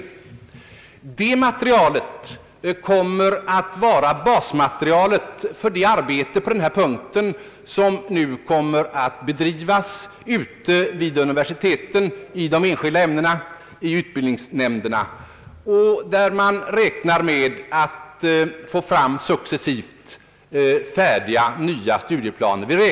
Detta material kommer att utgöra basmaterial för det arbete på denna punkt som nu kommer att bedrivas i de enskilda ämnena i utbildningsnämnderna vid universiteten. Man räknar med att successivt få fram nya studieplaner genom detta arbete.